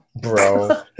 bro